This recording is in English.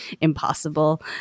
impossible